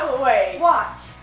wait watch.